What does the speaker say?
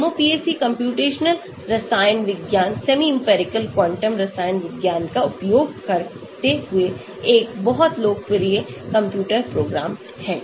MOPAC computational रसायन विज्ञान semi empirical quantum रसायन विज्ञान का उपयोग करते हुए एक बहुत लोकप्रिय कंप्यूटर प्रोग्राम है